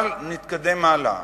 אבל נתקדם הלאה.